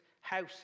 house